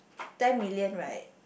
ten million right